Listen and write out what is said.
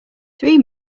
three